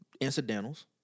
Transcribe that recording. incidentals